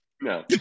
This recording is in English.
no